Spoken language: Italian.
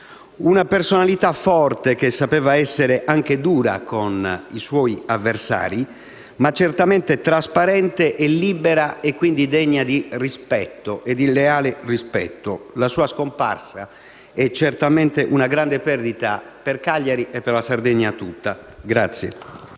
Una personalità forte che sapeva anche essere dura con i suoi avversari, ma certamente trasparente e libera, quindi degna di leale rispetto. La sua scomparsa è certamente una grande perdita per Cagliari e per la Sardegna tutta.